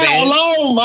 alone